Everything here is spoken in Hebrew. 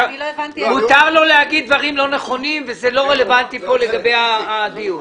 מותר לו לומר דברים לא נכונים וזה לא רלוונטי כאן לגבי הדיון.